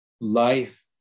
life